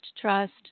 trust